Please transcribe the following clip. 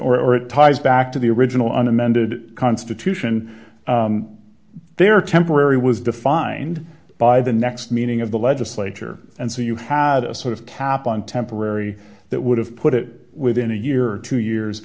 in or it ties back to the original un amended constitution they're temporary was defined by the next meaning of the legislature and so you have a sort of cap on temporary that would have put it within a year or two years